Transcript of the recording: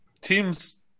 teams